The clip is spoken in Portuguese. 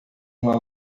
uma